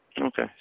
Okay